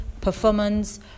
performance